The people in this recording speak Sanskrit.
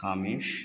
कामेशः